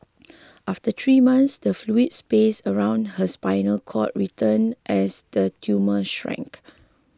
after three months the fluid space around her spinal cord returned as the tumour shrank